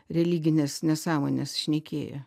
religines nesąmones šnekėjo